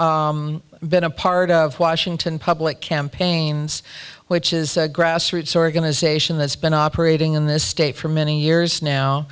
been a part of washington public campaigns which is a grassroots organization that's been operating in this state for many years now